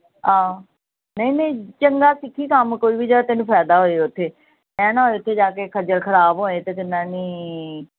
ਹਾਂ ਨਹੀਂ ਨਹੀਂ ਚੰਗਾ ਸਿੱਖੀ ਕੰਮ ਕੋਈ ਵੀ ਜਿਹੜਾ ਤੈਨੂੰ ਫਾਇਦਾ ਹੋਏ ਉੱਥੇ ਐਂ ਨਾ ਹੋਏ ਉੱਥੇ ਜਾ ਕੇ ਖੱਜਲ ਖਰਾਬ ਹੋਏ ਅਤੇ ਅਤੇ ਨਾ ਨਹੀਂ